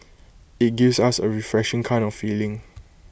IT gives us A refreshing kind of feeling